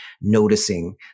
noticing